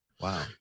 Wow